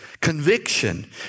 conviction